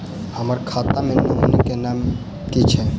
हम्मर खाता मे नॉमनी केँ नाम की छैय